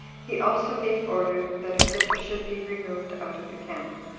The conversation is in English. he also gave order that agrippa should be removed out of the camp,